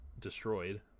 destroyed